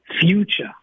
future